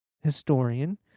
historian